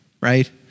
right